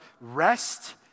rest